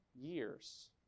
years